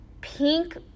pink